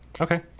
Okay